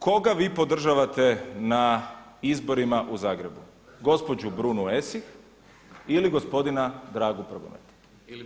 Koga vi podržavate na izborima u Zagrebu, gospođu Brunu Esih ili gospodina Dragu Prgometa?